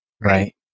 Right